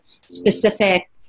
specific